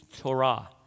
torah